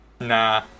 Nah